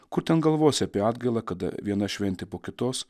kur ten galvosi apie atgailą kada viena šventė po kitos